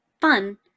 fun